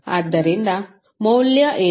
ಆದ್ದರಿಂದ ಮೌಲ್ಯ ಏನು